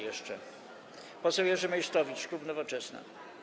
Jeszcze poseł Jerzy Meysztowicz, klub Nowoczesna.